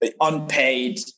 unpaid